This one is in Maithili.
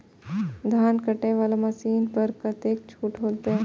धान कटे वाला मशीन पर कतेक छूट होते?